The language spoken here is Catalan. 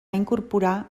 incorporar